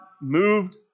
moved